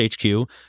HQ